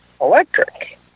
electric